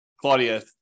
Claudia